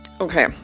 Okay